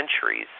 centuries